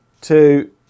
two